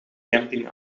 camping